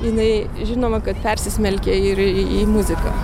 jinai žinoma kad persismelkia ir į į muziką